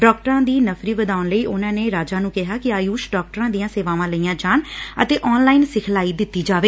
ਡਾਕਟਰਾਂ ਦੀ ਨਫ਼ਰੀ ਵਧਾਉਣ ਲਈ ਉਨੂਾ ਨੇ ਰਾਜਾ ਨੂੰ ਕਿਹਾ ਕਿ ਆਯੁਸ਼ ਡਾਕਟਰਾਂ ਦੀਆਂ ਸੇਵਾਵਾਂ ਲੈਣੀਆਂ ਜਾਣ ਅਤੇ ਆਨਲਾਈਨ ਸਿਖਲਾਈ ਦਿਤੀ ਜਾਏ